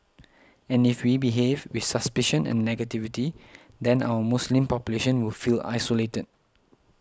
and if we behave with suspicion and negativity then our Muslim population will feel isolated